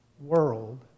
world